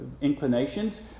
inclinations